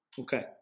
Okay